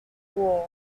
war